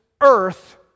earth